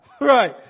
Right